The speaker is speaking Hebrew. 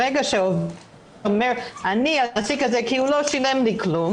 ברגע שעובד אומר 'אני --- כי הוא לא שילם לי כלום'